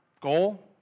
goal